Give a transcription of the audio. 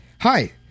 Hi